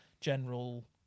general